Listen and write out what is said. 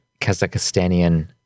Kazakhstanian